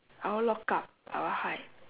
I won't lock up I will hide